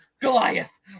Goliath